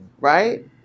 right